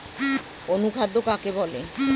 অনুখাদ্য কাকে বলে?